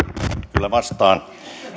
kyllä vastaan